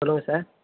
சொல்லுங்கள் சார்